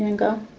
and go.